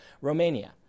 Romania